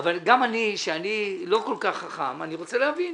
אבל גם אני, שאני לא כל כך חכם, אני רוצה להבין: